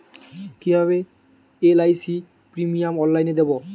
কিভাবে LIC premium অনলাইনে দেবো?